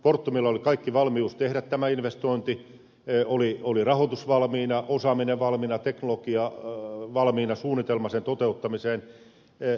fortumilla oli kaikki valmius tehdä tämä investointi oli rahoitus valmiina osaaminen valmiina teknologia valmiina suunnitelma investoinnin toteuttamiseen